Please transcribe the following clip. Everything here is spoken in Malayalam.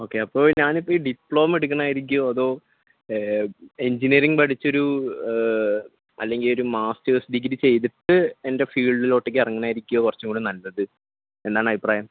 ഓക്കെ അപ്പോൾ ഞാനിപ്പോൾ ഈ ഡിപ്ലോമ എടുക്കുന്നതായിരിക്കുമോ അതോ എഞ്ചിനീയറിംഗ് പഠിച്ചൊരു അല്ലെങ്കിൽ ഒരു മാസ്റ്റേഴ്സ് ഡിഗ്രി ചെയ്തിട്ട് എൻ്റെ ഫീൾഡിലോട്ടേക്ക് ഇറങ്ങണതായിരിക്കുമോ കുറച്ചും കൂടി നല്ലത് എന്താണ് അഭിപ്രായം